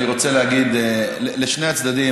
אני רוצה להגיד לשני הצדדים,